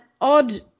odd